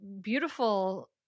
beautiful